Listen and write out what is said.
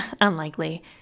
Unlikely